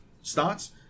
starts